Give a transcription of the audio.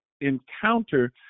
encounter